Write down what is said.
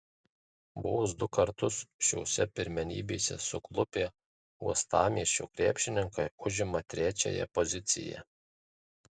vos du kartus šiose pirmenybėse suklupę uostamiesčio krepšininkai užimą trečiąją poziciją